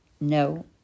No